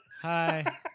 hi